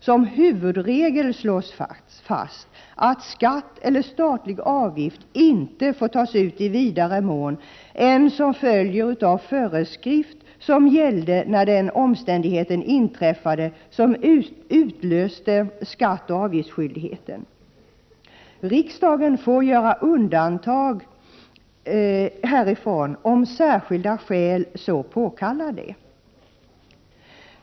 Som huvudregel slås fast att skatt eller statlig avgift inte får tas ut i vidare mån än som följer av föreskrift som gällde när den omständigheten inträffade som utlöste skattoch avgiftsskyldigheten. Riksdagen får göra undantag härifrån om särskilda skäl så påkallar det.